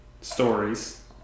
stories